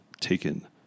taken